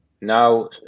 now